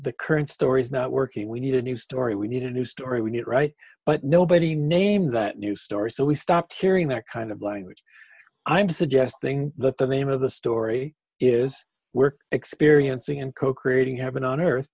the current story is not working we need a new story we need a new story we need right but nobody named that new story so we stopped hearing that kind of language i'm suggesting that the name of the story is we're experiencing in co creating heaven on earth